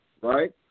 right